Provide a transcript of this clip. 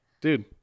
dude